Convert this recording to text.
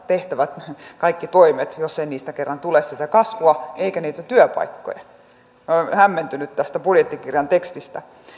tehtävät toimet häviävät jos ei niistä kerran tule sitä kasvua eikä niitä työpaikkoja minä olen hämmentynyt tästä budjettikirjan tekstistä